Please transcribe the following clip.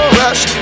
rush